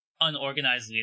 unorganized